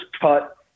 cut